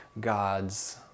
God's